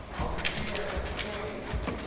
over here! kate!